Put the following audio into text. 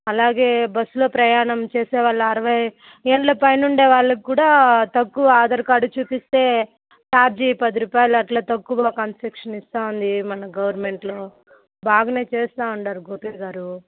అలాగే బస్సులో ప్రయాణం చేసే వాళ్ళు అరవై ఏళ్ళ పైన ఉండే వాళ్ళకు కూడా తక్కువ ఆధార్ కార్డు చూపిస్తే చార్జీ పది రూపాయలు అట్ల తక్కువ కన్సెషన్ ఇస్తూ ఉంది మన గవర్నమెంట్లో బాగానే చేస్తున్నారు గోపి గారు